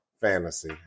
fantasy